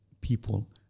people